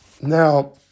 Now